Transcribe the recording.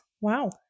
Wow